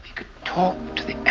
could talk to the